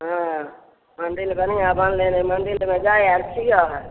हँ मन्दिल बढ़िआँ बनलै हन मन्दिलमे जाइत आर छियै